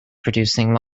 producing